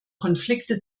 konflikte